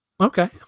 Okay